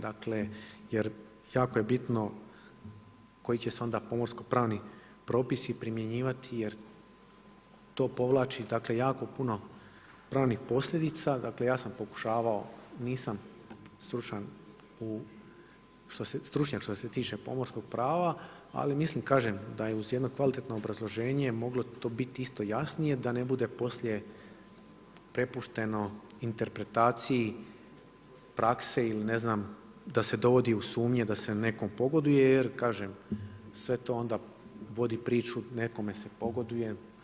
Dakle jer jako je bitno koji će se onda pomorsko pravni propisi primjenjivati jer to povlači jako puno pravnih posljedica, dakle ja sam pokušavao, nisam stručnjak što se tiče pomorskog prava, ali mislim kažem, da je uz jedno kvalitetno obrazloženje moglo to biti isto jasnije, da ne bude poslije prepušteno interpretaciji prakse ili ne znam da se dovodi u sumnje da se nekom pogoduje, jer kažem, sve to onda vodi priču nekome se pogoduje.